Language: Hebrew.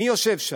מי יושב שם?